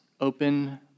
open